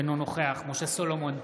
אינו נוכח משה סולומון,